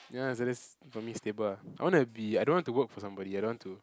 ya for me stable ah I wanna be I don't want to work for somebody I don't want to